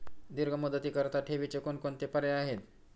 दीर्घ मुदतीकरीता ठेवीचे कोणकोणते पर्याय आहेत?